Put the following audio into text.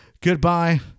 Goodbye